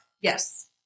Yes